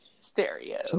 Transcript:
stereo